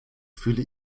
fühle